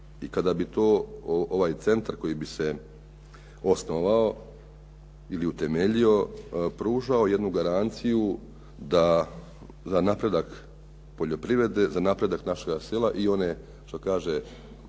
i kada bi to ovaj centar koji bi se osnovao ili utemeljio, pružao jednu garanciju za napredak poljoprivrede, za napredak našega sela i ono što kaže